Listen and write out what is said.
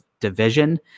division